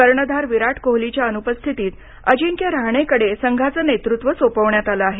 कर्णधार विराट कोहलीच्या अनुपस्थितीत अजिंक्य रहाणेकडे संघाचं नेतृत्व सोपवण्यात आलं आहे